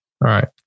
Right